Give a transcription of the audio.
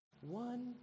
one